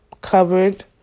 covered